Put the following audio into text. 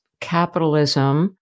Capitalism